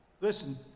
Listen